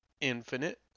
Infinite